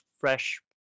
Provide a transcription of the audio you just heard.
fresh